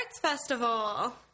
Festival